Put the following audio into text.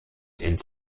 ins